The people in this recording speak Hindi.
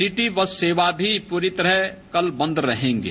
सिटीबस सेवाएं भी पूरी तरह कल बंद रहेंगे